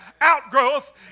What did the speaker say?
outgrowth